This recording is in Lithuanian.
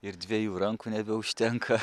ir dviejų rankų nebeužtenka